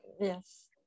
Yes